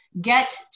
get